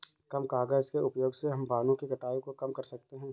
कम कागज़ के उपयोग से हम वनो की कटाई को कम कर सकते है